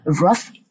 rough